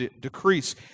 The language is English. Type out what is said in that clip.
decrease